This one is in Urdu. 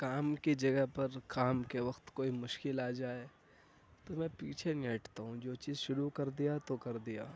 کام کی جگہ پر کام کے وقت کوئی مشکل آ جائے تو میں پیچھے نہیں ہٹتا ہوں جو چیز شروع کر دیا تو کر دیا